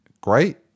Great